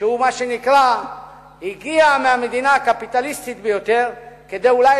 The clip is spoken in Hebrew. שהוא מה שנקרא "הגיע מהמדינה הקפיטליסטית ביותר כדי אולי